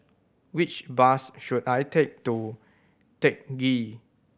which bus should I take to Teck Ghee